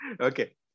Okay